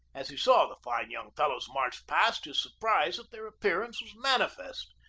as he saw the fine young fellows march past his surprise at their appearance was manifest.